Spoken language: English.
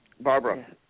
Barbara